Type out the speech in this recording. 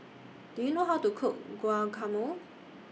Do YOU know How to Cook Guacamole